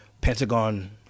Pentagon